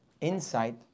insight